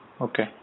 Okay